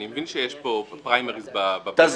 אני מבין שיש פה פריימריז בפתח.